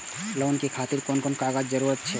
Loan के खातिर कोन कोन कागज के जरूरी छै?